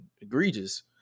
egregious